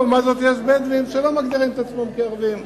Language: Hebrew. ולעומת זאת יש בדואים שלא מגדירים את עצמם כערבים.